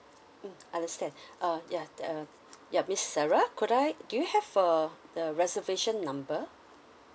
mm understand uh ya uh yup miss sarah could I do you have uh the reservation number